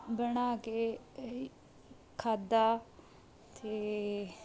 ਬਣਾ ਕੇ ਖਾਦਾ ਅਤੇ